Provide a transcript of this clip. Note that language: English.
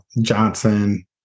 Johnson